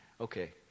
okay